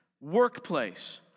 workplace